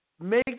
make